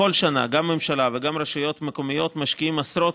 בכל שנה גם הממשלה וגם הרשויות המקומיות משקיעות עשרות